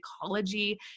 psychology